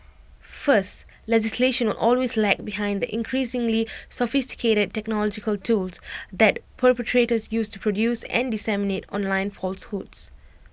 first legislation will always lag behind the increasingly sophisticated technological tools that perpetrators use to produce and disseminate online falsehoods